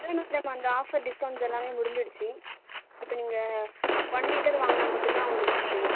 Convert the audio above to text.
அந்த offer discounts எல்லாமே முடிஞ்சிடுச்சு இப்போ நீங்க ஒன் லிட்டர் வாங்குனால் மட்டும்தான் உங்களுக்கு தருவோம்